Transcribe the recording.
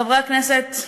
חברי הכנסת,